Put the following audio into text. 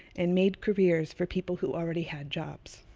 and made careers for people who already had jobs.